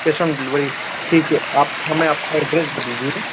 cash on delivery ठीक है आप हमें अपना एड्रेस दे दीजिएगा